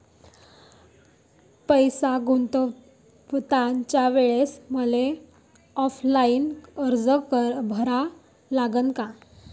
पैसे गुंतवाच्या वेळेसं मले ऑफलाईन अर्ज भरा लागन का?